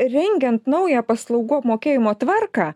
rengian naują paslaugų apmokėjimo tvarką